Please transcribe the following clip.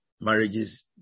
marriages